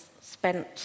spent